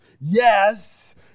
yes